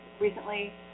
recently